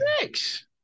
next